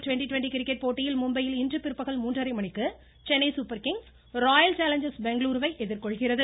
twenty twenty cricket போட்டியில் மும்பையில் இன்று பிற்பகல் மூன்றரை மணிக்கு Chennai Super Kings Royal Challengers பெங்களுருவை எதிர்கொள்கிறது